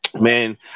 man